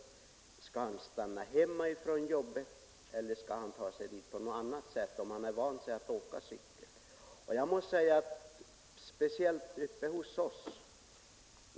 Skall han stanna hemma från jobbet eller skall han ta sig dit på något annat sätt, även om han har vant sig vid att åka cykel?